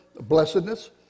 blessedness